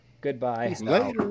Goodbye